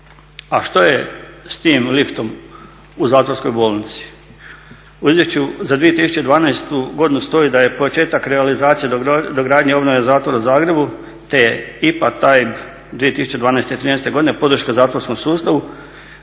a što je s tim liftom u zatvorskoj bolnici? U izvješću za 2012.godinu stoji da je početak realizacije dogradnje obnove Zatvora u Zagrebu te je IPA TAIB 2012., 2013.godine podrška zatvorskom sustavu